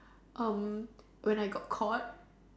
um when I got caught